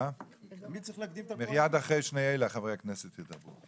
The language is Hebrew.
מייד אחרי שני אלה, חברי הכנסת ידברו.